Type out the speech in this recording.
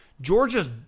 Georgia's